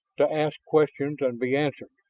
to ask questions and be answered.